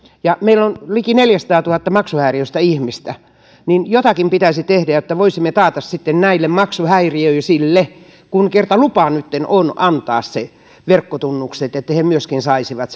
meillä on liki neljäsataatuhatta maksuhäiriöistä ihmistä niin että jotakin pitäisi tehdä jotta voisimme taata sitten näille maksuhäiriöisille kun kerta lupa nytten on antaa verkkotunnukset se että he myöskin saisivat